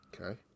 Okay